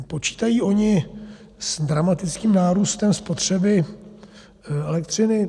Počítají oni s dramatickým nárůstem spotřeby elektřiny?